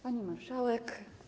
Pani Marszałek!